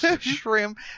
Shrimp